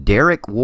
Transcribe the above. Derek